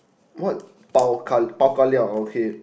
what Bao Kar~ Bao Ka Liao oh okay